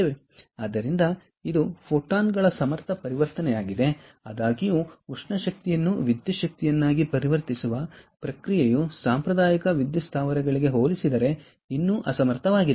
ಆದ್ದರಿಂದ ಇದು ಫೋಟಾನ್ಗಳ ಸಮರ್ಥ ಪರಿವರ್ತನೆಯಾಗಿದೆ ಆದಾಗ್ಯೂ ಉಷ್ಣ ಶಕ್ತಿಯನ್ನು ವಿದ್ಯುತ್ ಶಕ್ತಿಯನ್ನಾಗಿ ಪರಿವರ್ತಿಸುವ ಪ್ರಕ್ರಿಯೆಯು ಸಾಂಪ್ರದಾಯಿಕ ವಿದ್ಯುತ್ ಸ್ಥಾವರಗಳಿಗೆ ಹೋಲಿಸಿದರೆ ಇನ್ನೂ ಅಸಮರ್ಥವಾಗಿದೆ